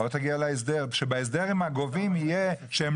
או תגיע להסדר שבהסדר עם הגובים יהיה שהם